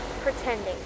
pretending